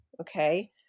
okay